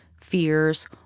fears